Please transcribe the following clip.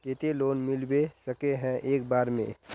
केते लोन मिलबे सके है एक बार में?